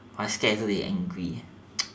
I scared later they angry